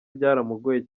byaramugoye